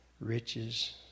riches